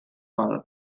hall